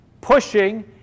pushing